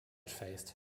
faced